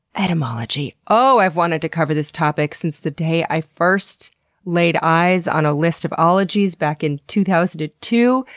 etymology. oh, i have wanted to cover this topic since the day i first laid eyes on a list of ologies back in two thousand and ah two.